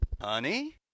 Honey